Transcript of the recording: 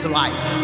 life